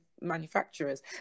manufacturers